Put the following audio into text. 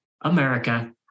America